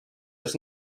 does